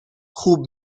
خوب